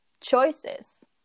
choices